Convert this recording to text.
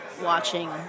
Watching